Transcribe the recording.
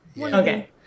okay